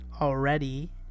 Already